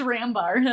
Rambar